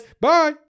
Bye